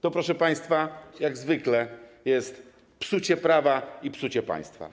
To, proszę państwa, jak zwykle jest psucie prawa i psucie państwa.